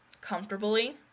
comfortably